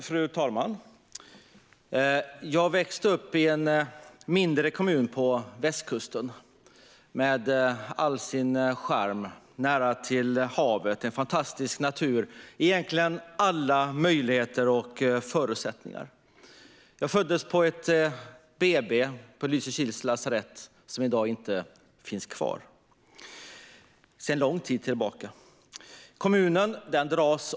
Fru talman! Jag växte upp i en mindre kommun på västkusten, Lysekil. Med all sin charm, närheten till havet och en fantastisk natur har kommunen egentligen alla möjligheter och förutsättningar. Det BB på Lysekils lasarett som jag föddes på finns dock sedan lång tid tillbaka inte kvar.